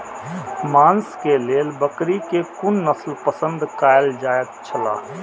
मांस के लेल बकरी के कुन नस्ल पसंद कायल जायत छला?